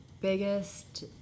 biggest